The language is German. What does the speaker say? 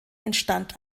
entstand